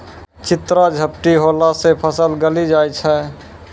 चित्रा झपटी होला से फसल गली जाय छै?